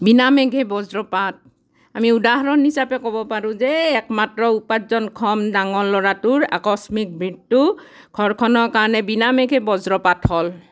বিনামেঘে বজ্ৰপাত আমি উদাহৰণ হিচাপে ক'ব পাৰোঁ যে একমাত্ৰ উপাৰ্জনক্ষম ডাঙৰ ল'ৰাটোৰ আকস্মিক মৃত্যু ঘৰখনৰ কাৰণে বিনামেঘে বজ্ৰপাত হ'ল